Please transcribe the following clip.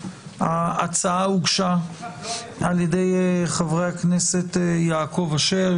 ההצעה הוגשה על ידי חברי הכנסת יעקב אשר,